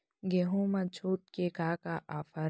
गेहूँ मा छूट के का का ऑफ़र हे?